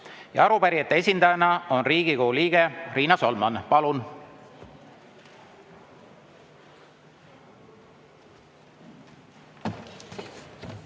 ja arupärijate esindaja on Riigikogu liige Riina Solman. Palun!